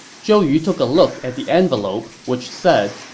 zhou yu took a look at the envelope, which said,